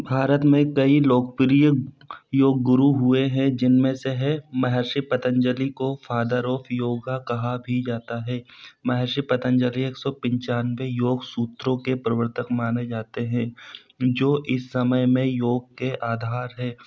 भारत मे कई लोकप्रिय योग गुरु हुए हैं जिन में से है महर्षि पतंजलि को फादर ऑफ योगा कहा भी जाता है महर्षि पतंजलि एक सौ पचानवे योगसूत्रों के प्रवर्तक माने जाते हैं जो इस समय मे योग के आधार हैं